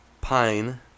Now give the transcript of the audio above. pine